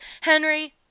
henry